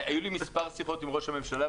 היו לי מספר שיחות עם ראש הממשלה,